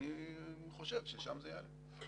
אני חושב ששם זה יעלה.